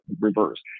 reverse